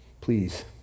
please